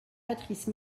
patrice